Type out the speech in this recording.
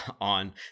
on